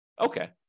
Okay